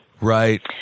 Right